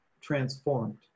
transformed